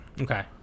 Okay